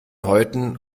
häuten